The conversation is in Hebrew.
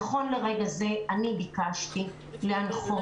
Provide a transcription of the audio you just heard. נכון לרגע זה אני ביקשתי להנחות,